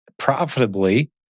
profitably